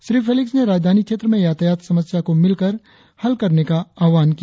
Shri Felix ने राजधानी क्षेत्र में यातायात समस्या को मिलकर हल करने का आह्वान किया